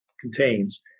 contains